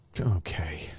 Okay